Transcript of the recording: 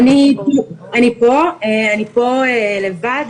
אני פה לבד,